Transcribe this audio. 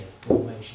formation